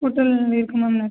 hotel இருக்கு ma'am